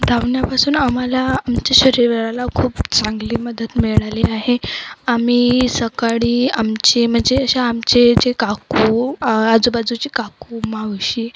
धावण्यापासून आम्हाला आमच्या शरीराला खूप चांगली मदत मिळाली आहे आम्ही सकाळी आमचे म्हणजे अशा आमचे जे काकू आजूबाजूची काकू मावशी